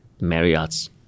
Marriott's